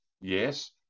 yes